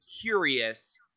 curious